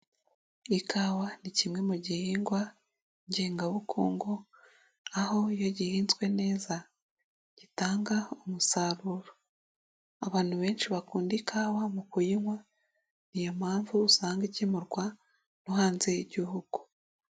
Ikawa ni kimwe mu gihingwa ngengabukungu aho iyo gihinzwe neza gitanga umusaruro, abantu benshi bakunda ikawa mu kuyinywa ni iyo mpamvu usanga igemurwa no hanze y'igihugu.